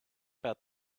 about